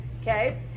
okay